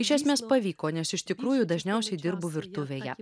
iš esmės pavyko nes iš tikrųjų dažniausiai dirbu virtuvėje